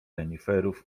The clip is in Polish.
reniferów